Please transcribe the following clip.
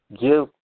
give